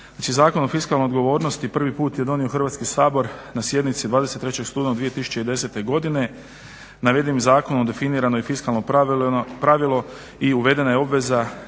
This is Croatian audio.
Znači, Zakon o fiskalnoj odgovornosti prvi put je donio Hrvatski sabor na sjednici 23. studenog 2010. godine. Navedenim zakonom definirano je fiskalno pravilo i uvedena je obveza